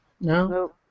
No